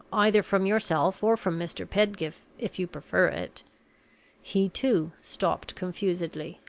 either from yourself, or from mr. pedgift, if you prefer it he, too, stopped confusedly,